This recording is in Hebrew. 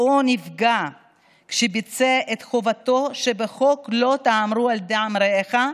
או נפגע כשביצע את חובתו שבחוק לא תעמוד על דם רעך,